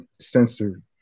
censored